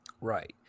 Right